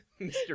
Mr